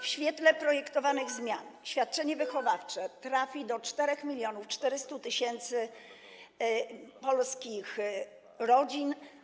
W świetle projektowanych zmian świadczenie wychowawcze trafi do 4400 tys. polskich rodzin.